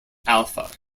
alpha